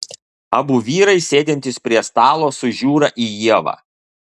abu vyrai sėdintys prie stalo sužiūra į ievą